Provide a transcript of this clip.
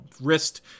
wrist